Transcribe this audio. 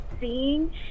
seeing